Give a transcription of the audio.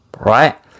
right